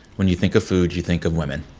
when you think of food, you think of women